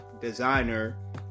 designer